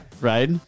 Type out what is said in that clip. right